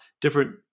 different